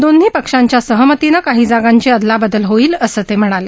दोन्ही पक्षांच्या सहमतीनं काही जागांची आदलाबदल होईल असं ते म्हणाले